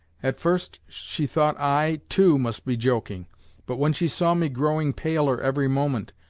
at first she thought i, too, must be joking but when she saw me growing paler every moment,